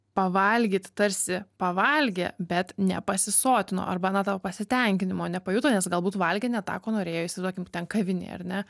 pavalgyt tarsi pavalgė bet nepasisotino arba na to pasitenkinimo nepajuto nes galbūt valgė ne tą ko norėjo įsivaizduokim ten kavinėj ar ne